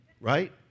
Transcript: Right